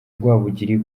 rwabugili